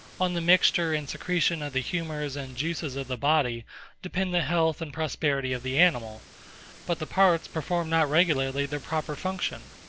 on the mixture and secretion of the humours and juices of the body depend the health and prosperity of the animal but the parts perform not regularly their proper function.